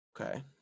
Okay